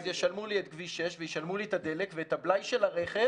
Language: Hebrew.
אז ישלמו לי את כביש 6 וישלמו לי את הדלק ואת הבלאי של הרכב,